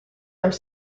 are